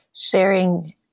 sharing